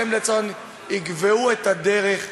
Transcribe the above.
שהם לצורך העניין יקבעו את הדרך,